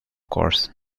course